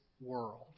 world